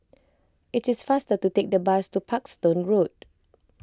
it is faster to take the bus to Parkstone Road